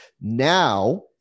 Now